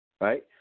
Right